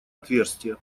отверстие